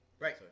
Right